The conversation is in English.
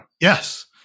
Yes